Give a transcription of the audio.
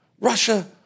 Russia